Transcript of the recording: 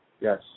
Yes